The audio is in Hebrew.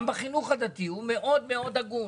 גם בחינוך הדתי, הוא מאוד מאוד הגון.